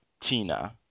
Tina